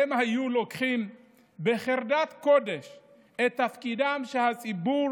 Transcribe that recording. הם היו לוקחים בחרדת קודש את התפקיד שהציבור